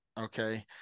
okay